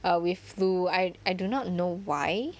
err with flu I I do not know why